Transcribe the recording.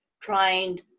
trying